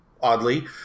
oddly